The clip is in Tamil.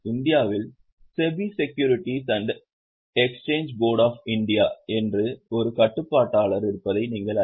இந்தியாவில் SEBI securities and exchange board of India என்று ஒரு கட்டுப்பாட்டாளர் இருப்பதை நீங்கள் அறிவீர்கள்